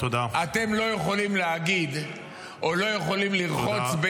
אתם לא יכולים להגיד או לא יכולים לרחוץ -- תודה.